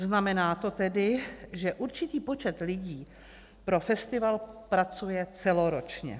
Znamená to tedy, že určitý počet lidí pro festival pracuje celoročně.